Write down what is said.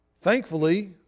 Thankfully